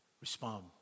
respond